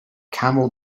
camel